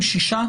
שישה.